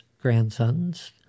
grandsons